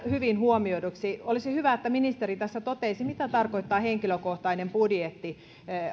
hyvin huomioiduksi olisi hyvä että ministeri tässä toteaisi mitä tarkoittaa henkilökohtainen budjetti